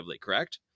correct